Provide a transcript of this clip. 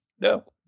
No